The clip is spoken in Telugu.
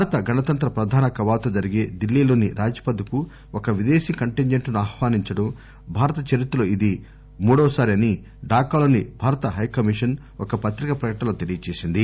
భారత గణతంత్ర ప్రధాన కవాతు జరిగే ఢిల్లీలోని రాజ్ పథ్ కు ఒక విదేశీ కంటింజెంట్ ను ఆహ్వానించడం భారత చరిత్రలో ఇది మూడోసారి అని ఢాకాలోని భారత హై కమిషన్ ఒక పత్రికా ప్రకటనలో తెలియజేసింది